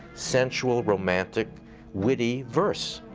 sensual romantic witty verse.